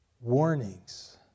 Warnings